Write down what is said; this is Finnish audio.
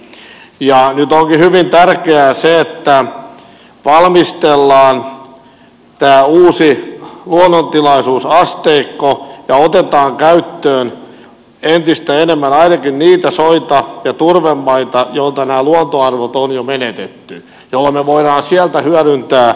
nyt onkin hyvin tärkeää se että valmistellaan tämä uusi luonnontilaisuusasteikko ja otetaan käyttöön entistä enemmän ainakin niitä soita ja turvemaita joilta nämä luontoarvot on jo menetetty jolloin me voimme niitä hyödyntää